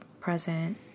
present